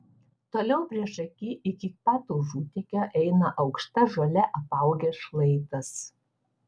toliau priešaky iki pat užutekio eina aukšta žole apaugęs šlaitas